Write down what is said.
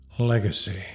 Legacy